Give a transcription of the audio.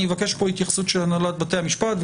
אני אבקש פה התייחסות של הנהלת בתי המשפט.